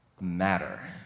matter